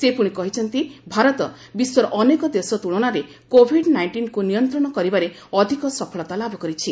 ସେ ପୁଶି କହିଛନ୍ତି ଭାରତ ବିଶ୍ୱର ଅନେକ ଦେଶ ତୁଳନାରେ କୋଭିଡ୍ ନାଇଷ୍ଟିନ୍କୁ ନିୟନ୍ତ୍ରଣ କରିବାରେ ଅଧିକ ସଫଳତା ଲାଭ କରିଛି